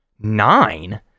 nine